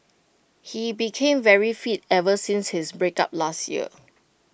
he became very fit ever since his breakup last year